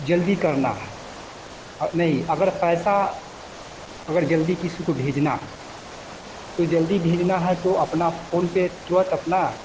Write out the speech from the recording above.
जल्दी करना है नहीं अगर पैसा अगर जल्दी किसी को भेजना है को जल्दी भेजना है तो जल्दी अपना फोनपे तुरंत अपना